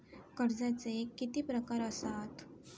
कर्जाचे किती प्रकार असात?